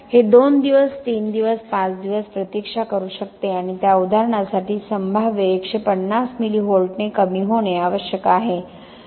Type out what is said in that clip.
हे 2 दिवस 3 दिवस 5 दिवस प्रतीक्षा करू शकते आणि त्या उदाहरणासाठी संभाव्य 150 मिली व्होल्टने कमी होणे आवश्यक आहे